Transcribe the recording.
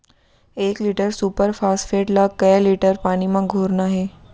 एक litre super phosphate ला कए लीटर पानी मा घोरना हे?